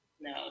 no